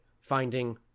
finding